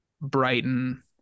Brighton